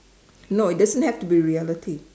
no it doesn't have to be reality